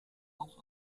auch